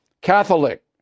Catholic